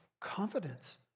confidence